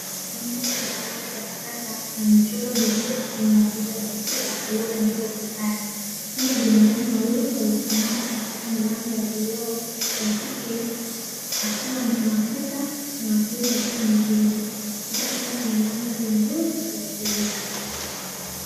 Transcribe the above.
Eneo lenye samani za kisasa michoro mizuri yenye watoto wa kiafrika iliyobandikwa ukutani, pia binadamu wawili waliosimama katika milango ya vioo, wakike akiwa mwafrika na wakiume akiwa mzungu, katika chumba chenye mandhari nzuri ya hotelini.